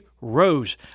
Rose